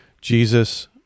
Jesus